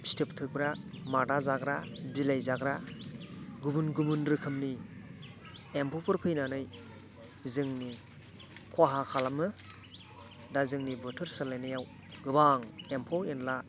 फिथोब थोबग्रा मादा जाग्रा बिलाइ जाग्रा गुबुन गुबुन रोखोमनि एम्फौफोर फैनानै जोंनि खहा खालामो दा जोंनि बोथोर सोलायनायाव गोबां एम्फौ एनला